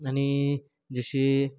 आणि जसे